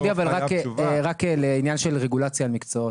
אני נציג ה-OECD אבל רק לעניין של רגולציה על מקצועות.